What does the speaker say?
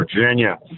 Virginia